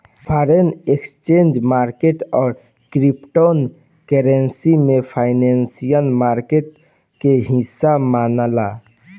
foreign exchange market आ crypto currency भी financial market के हिस्सा मनाला